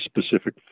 specific